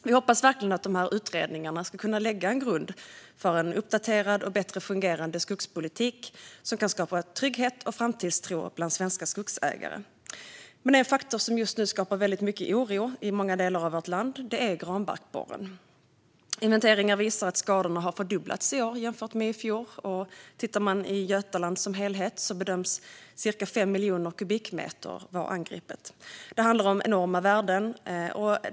Vi hoppas verkligen att de utredningarna ska kunna lägga en grund för en uppdaterad och bättre fungerande skogspolitik som kan skapa trygghet och framtidstro bland svenska skogsägare. Men en faktor som just nu skapar väldigt mycket oro i många delar av vårt land är granbarkborren. Inventeringar visar att skadorna har fördubblats i år jämfört med i fjol. I Götaland som helhet bedöms ca 5 miljoner kubikmeter vara angripna. Det handlar om enorma värden.